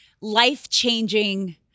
life-changing